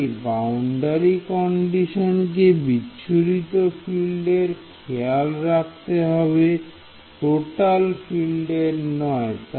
তাই বাউন্ডারি কন্ডিশনকে বিচ্ছুরিত ফিল্ডের খেয়াল রাখতে হবে টোটাল ফিল্ডের নয়